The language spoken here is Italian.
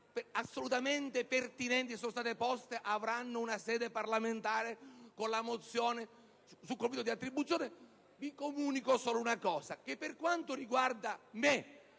assolutamente pertinenti che sono state poste, troveranno una sede parlamentare con la mozione sul conflitto di attribuzione, io comunico solo che, per quanto riguarda me,